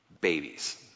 Babies